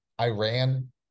Iran